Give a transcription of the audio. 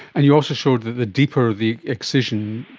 and you also showed that the deeper the excision,